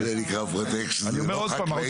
זה נקרא פרוטקשן, לא חקלאי